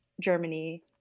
Germany